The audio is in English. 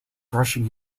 brushing